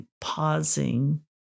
pausing